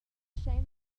shame